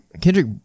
Kendrick